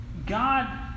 God